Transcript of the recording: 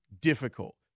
difficult